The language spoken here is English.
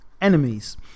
enemies